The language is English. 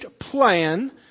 plan